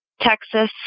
Texas